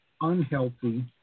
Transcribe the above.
unhealthy